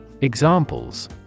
Examples